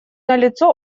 налицо